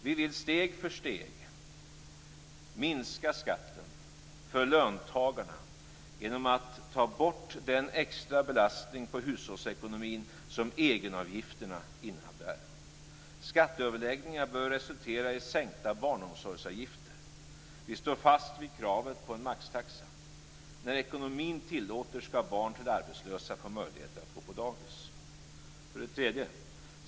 Vi vill steg för steg minska skatten för löntagarna genom att ta bort den extra belastning på hushållsekonomin som egenavgifterna innebär. Skatteöverläggningar bör resultera i sänkta barnomsorgsavgifter. Vi står fast vid kravet på en maxtaxa. När ekonomin tillåter skall barn till arbetslösa få möjligheter att gå på dagis.